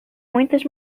muitas